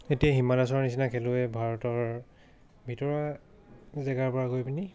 এতিয়া হিমা দাসৰ নিচিনা খেলুৱৈ ভাৰতৰ ভিতৰুৱা জেগাৰ পৰা গৈ পিনি